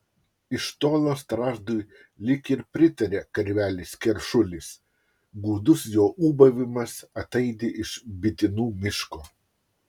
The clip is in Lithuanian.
iš tolo strazdui lyg ir pritaria karvelis keršulis gūdus jo ūbavimas ataidi iš bitinų miško